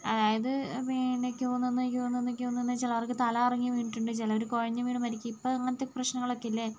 അതായത് പിന്നെ ക്യൂ നിന്ന് ക്യൂ നിന്ന് ക്യൂ നിന്ന് ചിലവർക്ക് തലകറങ്ങി വീണിട്ടുണ്ട് ചിലവർ കുഴഞ്ഞു വീണു മരിക്കും ഇപ്പോൾ അങ്ങനത്തെ പ്രശ്നങ്ങളൊക്കെ ഇല്ലേ